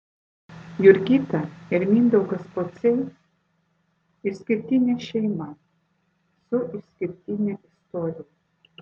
jurgita ir mindaugas pociai išskirtinė šeima su išskirtine istorija